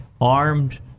armed